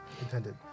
intended